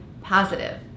positive